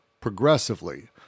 progressively